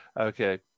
Okay